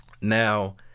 Now